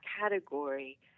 category